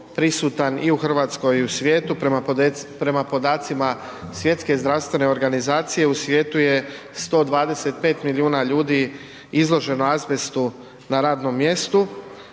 prisutan i u RH i u svijetu, prema podacima Svjetske zdravstvene organizacije u svijetu je 125 milijuna ljudi izloženo azbestu na radnom mjestu,